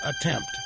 attempt